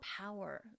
power